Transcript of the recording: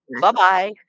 bye-bye